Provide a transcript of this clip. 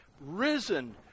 risen